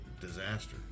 disaster